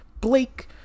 Blake